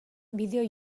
bideo